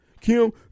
Kim